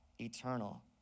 eternal